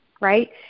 right